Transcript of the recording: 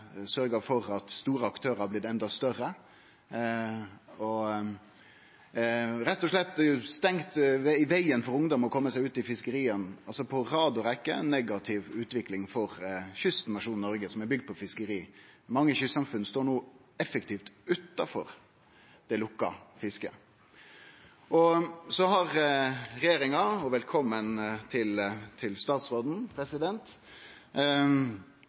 for at store aktørar er blitt enda større – han har rett og slett stengt vegen til å kome seg ut i fiskeria for ungdom. Det er altså på rad og rekkje ei negativ utvikling for kystnasjonen Noreg, som er bygd på fiskeri. Mange kystsamfunn står no, effektivt, utanfor det lukka fisket. Regjeringa har – og velkomen til statsråden